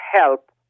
help